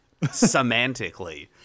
semantically